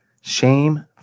shame